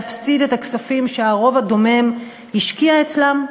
להפסיד את הכספים שהרוב הדומם השקיע אצלם,